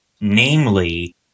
Namely